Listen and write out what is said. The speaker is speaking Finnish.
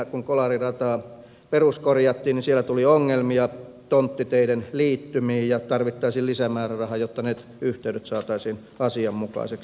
kun kolari rataa peruskorjattiin niin siellä tuli ongelmia tonttiteiden liittymiin ja tarvittaisiin lisämääräraha jotta nyt yhteydet saataisiin asianmukaisiksi